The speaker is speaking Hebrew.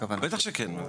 בטח שכן.